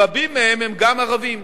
רבים מהם הם גם ערבים.